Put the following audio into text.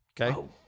Okay